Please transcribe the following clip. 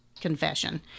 confession